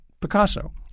Picasso